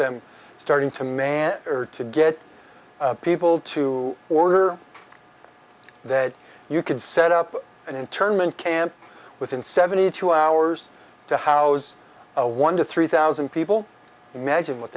them starting to manage to get people to order that you could set up an internment camp within seventy two hours to house a one to three thousand people imagine what